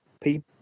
people